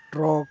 truck